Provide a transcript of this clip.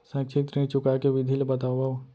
शैक्षिक ऋण चुकाए के विधि ला बतावव